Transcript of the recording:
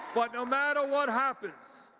but no matter what happens,